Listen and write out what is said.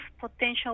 potential